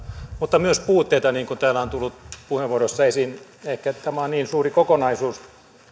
mutta myös puutteita niin kuin täällä on tullut puheenvuoroissa esiin ehkä tämä on niin suuri kokonaisuus